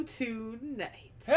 tonight